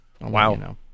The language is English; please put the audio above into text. Wow